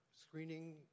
screening